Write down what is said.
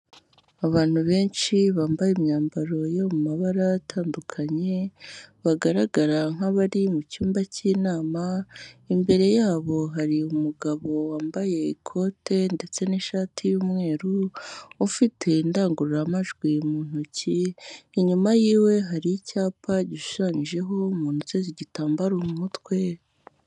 Abantu benshi bambaye imyambaro yo mu mabara atandukanye bagaragara nk'abari mu cyumba k'inama, imbere yabo hari umugabo wambaye ikote ndetse n'ishati y'umweru, ufite indangururamajwi mu ntoki, inyuma yiwe hari icyapa gishushanyijeho, umuntu uteze igitambaro mu mutwe.